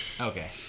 Okay